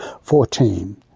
Fourteen